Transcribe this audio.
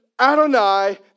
Adonai